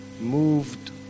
moved